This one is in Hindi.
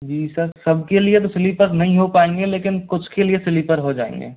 जी सर सब के लिए तो स्लीपर नहीं हो पाएंगे लेकिन कुछ के लिए स्लीपर हो जाएंगे